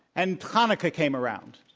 and hanukkah came around.